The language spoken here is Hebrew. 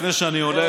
לפני שאני עונה,